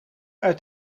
uit